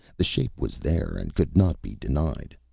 the shape was there and could not be denied.